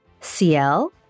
CL